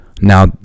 now